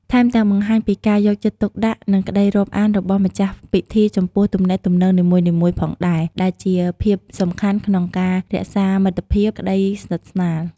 ថែមទាំងបង្ហាញពីការយកចិត្តទុកដាក់ និងក្តីរាប់អានរបស់ម្ចាស់ពិធីចំពោះទំនាក់ទំនងនីមួយៗផងដែរ ដែលជាភាពសំខាន់ក្នុងការរក្សាមិត្តភាព ក្តីស្និទ្ធស្នាល ។